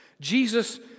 Jesus